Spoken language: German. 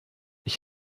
ich